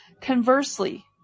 Conversely